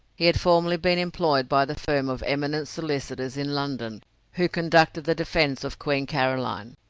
he had formerly been employed by the firm of eminent solicitors in london who conducted the defence of queen caroline,